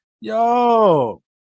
Yo